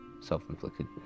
self-inflicted